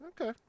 okay